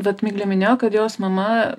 vat miglė minėjo kad jos mama